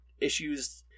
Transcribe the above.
issues